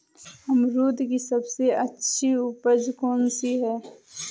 अमरूद की सबसे अच्छी उपज कौन सी है?